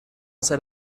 said